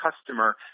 customer